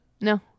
No